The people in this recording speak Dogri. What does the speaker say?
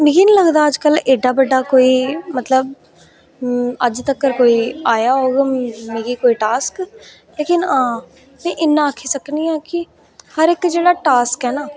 पर मिगी निं लगदा कि एड्डा बड्डा कोई अज्ज तक्कर कोई आया होग मिगी कोई टॉस्क लेकिन आं इन्ना आक्खी सकनीं आं कि हर इक्क जेह्ड़ा टॉस्क ऐ ना